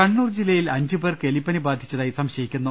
കണ്ണൂർ ജില്ലയിൽ അഞ്ചുപേർക്ക് എലിപ്പനി ബാധിച്ചതായി സംശയിക്കുന്നു